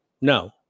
No